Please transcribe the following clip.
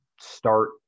start